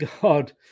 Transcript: God